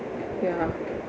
ya